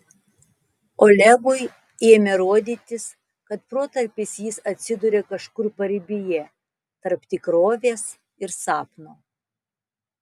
olegui ėmė rodytis kad protarpiais jis atsiduria kažkur paribyje tarp tikrovės ir sapno